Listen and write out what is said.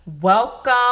welcome